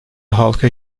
halka